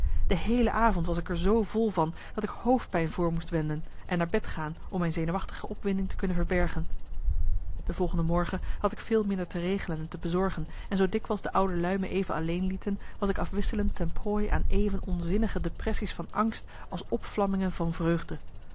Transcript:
de heele avond was ik er zoo vol van dat ik hoofdpijn voor moest wenden en naar bed gaan om mijn zenuwachtige opwinding te kunnen verbergen de volgende morgen had ik veel minder te regelen en te bezorgen en zoo dikwijls de oude lui me even alleen lieten was ik afwisselend ten prooi aan even onzinnige depressies van angst als opvlammingen van vreugde